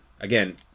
again